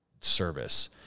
Service